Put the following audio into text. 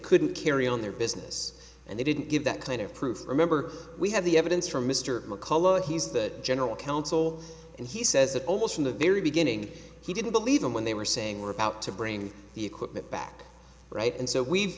couldn't carry on their business and they didn't give that kind of proof remember we have the evidence for mr mccullough he's that general counsel and he says that almost from the very beginning he didn't believe them when they were saying we're about to bring the equipment back right and so we've